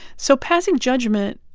so passing judgment,